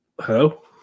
Hello